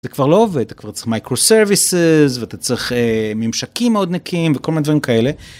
זה כבר לא ואתה כבר צריך microservices ואתה צריך ממשקים מאוד נקייים וכל מיני דברים כאלה.